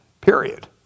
period